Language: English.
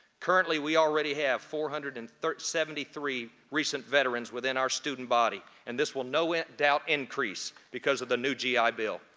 currently we already have four hundred and seventy three recent veterans within our student body, and this will no and doubt increase because of the new g i. bill.